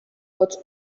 hots